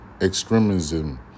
extremism